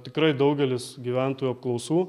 tikrai daugelis gyventojų apklausų